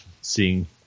seeing